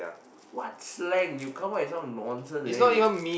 what slang you come up with some nonsense then you